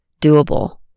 doable